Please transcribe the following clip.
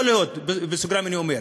יכול להיות, בסוגריים אני אומר,